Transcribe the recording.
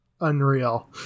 unreal